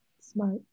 Smart